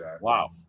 Wow